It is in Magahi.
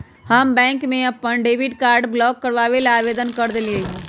हम बैंक में अपन डेबिट कार्ड ब्लॉक करवावे ला आवेदन कर देली है